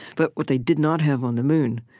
but what they did not have on the moon,